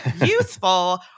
useful